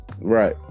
Right